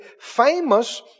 famous